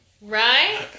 Right